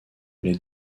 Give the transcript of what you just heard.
les